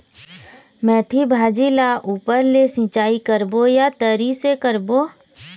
मेंथी भाजी ला ऊपर से सिचाई करबो या तरी से करबो?